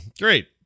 Great